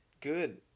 good